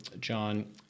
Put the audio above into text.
John